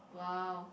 !wow!